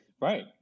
Right